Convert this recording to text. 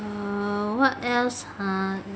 err what else ha